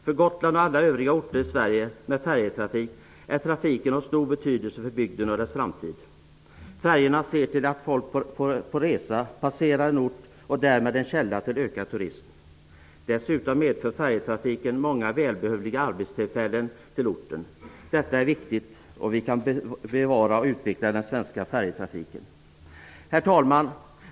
För Gotland och alla övriga orter i Sverige med färjetrafik är trafiken av stor betydelse för bygden och dess framtid. Färjorna ser till att folk på resa passerar en ort och är därmed en källa till ökad turism. Dessutom medför färjetrafiken många välbehövliga arbetstillfällen till orten. Det är viktigt att vi kan bevara och utveckla den svenska färjetrafiken. Herr talman!